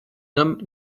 nomment